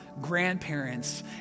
grandparents